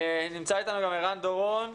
נמצא איתנו ערן דורון,